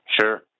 Sure